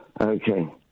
Okay